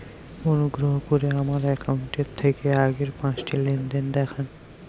অনুগ্রহ করে আমার অ্যাকাউন্ট থেকে আগের পাঁচটি লেনদেন দেখান